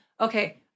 Okay